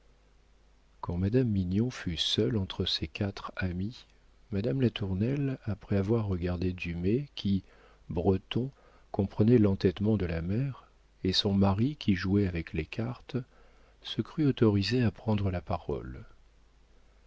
quand madame mignon fut seule entre ses quatre amis madame latournelle après avoir regardé dumay qui breton comprenait l'entêtement de la mère et son mari qui jouait avec les cartes se crut autorisée à prendre la parole